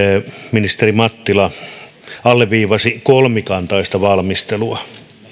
ministeri mattila alleviivasi kolmikantaista valmistelua